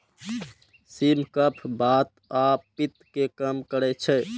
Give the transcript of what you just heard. सिम कफ, बात आ पित्त कें कम करै छै